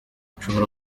bishobora